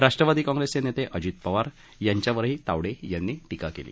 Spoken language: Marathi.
राष्ट्रवादी कॉंग्रेसचे नेते अजित पवार यांच्यावरही तावडे यांनी टीका केली